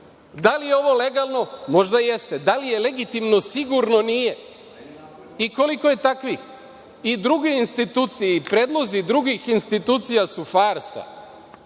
li je ovo legalno? Možda jeste. Da li je legitimno? Sigurno nije. I, koliko je takvih? I druge institucije i predlozi drugih institucija su farsa.